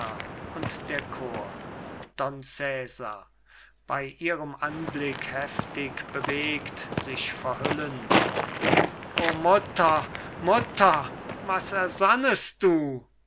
und der chor don cesar bei ihrem anblick heftig bewegt sich verhüllend o mutter mutter was ersannest du